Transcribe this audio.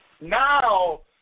Now